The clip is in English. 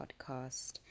podcast